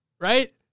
right